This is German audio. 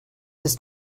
ist